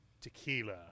tequila